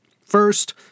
First